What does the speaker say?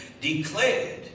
declared